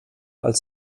als